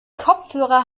kopfhörer